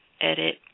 edit